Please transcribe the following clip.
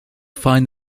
find